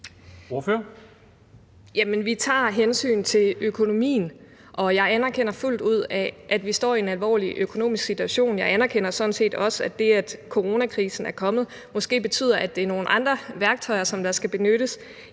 vi tager hensyn til økonomien, og jeg anerkender fuldt ud, at vi står i en alvorlig økonomisk situation. Jeg anerkender sådan set også, at det, at coronakrisen er kommet, måske betyder, at det er nogle andre værktøjer, der skal benyttes